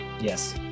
Yes